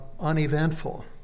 uneventful